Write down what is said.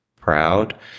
proud